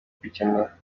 kubikemura